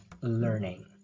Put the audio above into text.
learning